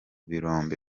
birombe